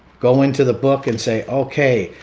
go into the book and say, okay,